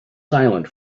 silent